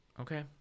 Okay